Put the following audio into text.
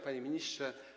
Panie Ministrze!